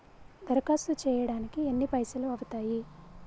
దరఖాస్తు చేయడానికి ఎన్ని పైసలు అవుతయీ?